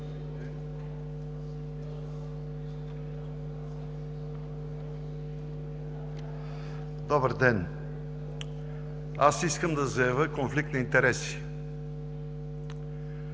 Добър ден! Аз искам да заявя конфликт на интереси,